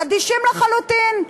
אדישים לחלוטין.